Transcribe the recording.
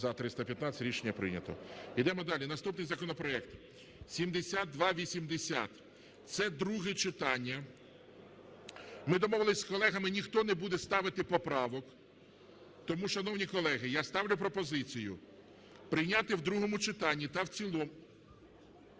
За-315 Рішення прийнято. Ідемо далі. Наступний законопроект 7280, це друге читання. Ми домовилися з колегами, ніхто не буде ставити поправок. Тому, шановні колеги, я ставлю пропозицію прийняти в другому читанні та в цілому...